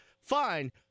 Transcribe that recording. Fine